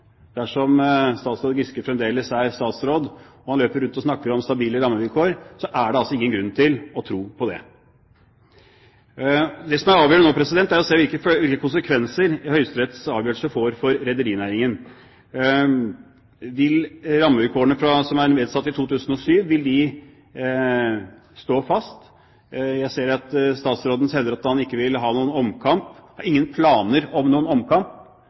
dersom statsråd Giske fremdeles er statsråd, og han løper rundt og snakker om stabile rammevilkår, er det altså ingen grunn til å tro på det. Det som er avgjørende nå, er hvilke konsekvenser Høyesteretts avgjørelse får for rederinæringen. Vil rammevilkårene fra 2007 stå fast? Statsråden hevder at han ikke vil ha noen omkamp, har ingen planer om noen omkamp.